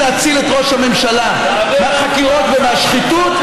להציל את ראש הממשלה מהחקירות ומהשחיתות,